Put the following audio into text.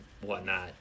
whatnot